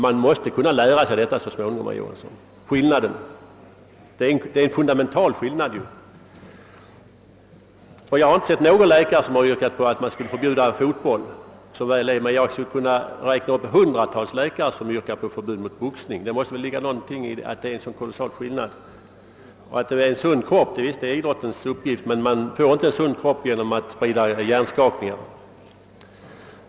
Man måste kunna lära sig denna skillnad, herr Johanson! Den är fundamental. Jag har heller inte hört någon läkare som vill förbjuda fotboll — som väl är! — men jag skulle kunna räkna upp hundratals läkare som vill förbjuda boxningen. Det måste väl ligga något i det. Idrotten skall ge sin utövare en sund kropp, men det får ingen genom att utsätta sig för hjärnskakningar.